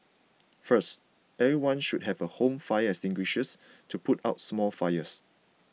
first everyone should have a home fire extinguishers to put out small fires